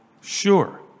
sure